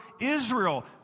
Israel